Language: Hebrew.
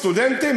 סטודנטים?